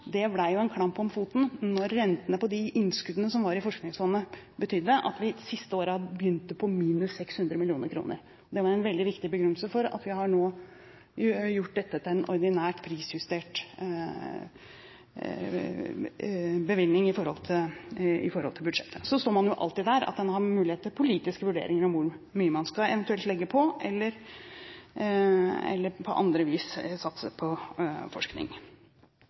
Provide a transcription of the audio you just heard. en klamp om foten når rentene på de innskuddene som var i Forskningsfondet, betydde at vi de siste årene begynte på minus 600 mill. kr. Det var en veldig viktig begrunnelse for at vi nå har gjort dette til en ordinær prisjustert bevilgning på budsjettet. Så står man jo alltid der at man må ha mulighet til politiske vurderinger om hvor mye man eventuelt skal legge på, eller på andre vis satse på forskning.